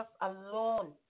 alone